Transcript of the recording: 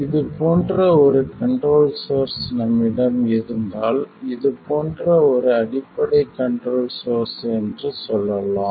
இது போன்ற ஒரு கண்ட்ரோல் சோர்ஸ் நம்மிடம் இருந்தால் இது போன்ற ஒரு அடிப்படை கண்ட்ரோல் சோர்ஸ் என்று சொல்லலாம்